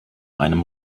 einem